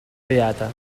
beata